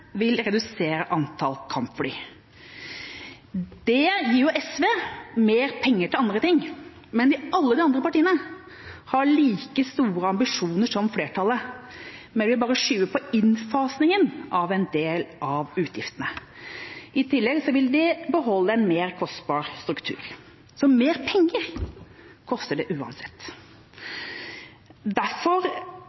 vil redusere antall kampfly. Det gir jo SV mer penger til andre ting. Alle de andre partiene har like store ambisjoner som flertallet, men vil bare skyve på innfasingen av en del av utgiftene. I tillegg vil de beholde en mer kostbar struktur. Så mer penger koster det uansett.